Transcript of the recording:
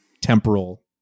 temporal